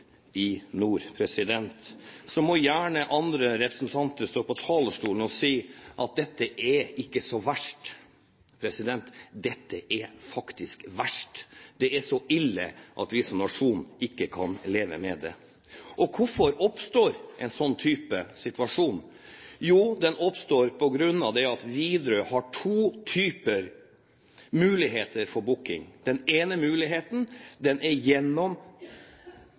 i nord. Så må gjerne andre representanter stå på talerstolen og si at dette er ikke så verst. Dette er faktisk verst! Det er så ille at vi som nasjon ikke kan leve med det. Og hvorfor oppstår en sånn type situasjon? Jo, den oppstår på grunn av at Widerøe har to typer muligheter for booking. Den ene muligheten er gjennom den rutetrafikken som går på det statlige oppkjøpet, den andre er